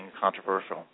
controversial